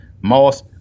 Moss